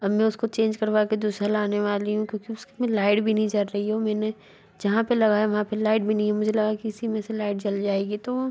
अब मैं उसको चेंज करवा के दूसरा लाने वाली हूँ क्योंकि उसके में लाइट भी नहीं चल रही हैं वो मैंने जहाँ पर लगाया वहाँ पर लाइट भी नहीं है मुझे लगा कि इसी में से लाइट जल जाएगी तो